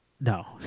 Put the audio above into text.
No